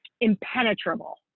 impenetrable